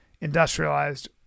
industrialized